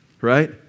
Right